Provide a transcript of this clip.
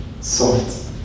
Soft